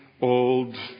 old